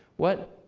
what